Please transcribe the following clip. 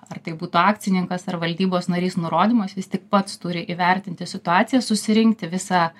ar tai būtų akcininkas ar valdybos narys nurodymo jis vis tik pats turi įvertinti situaciją susirinkti visą